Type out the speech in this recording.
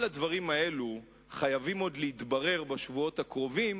כל הדברים הללו חייבים עוד להתברר בשבועות הקרובים,